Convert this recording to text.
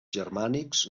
germànics